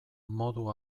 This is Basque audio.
modu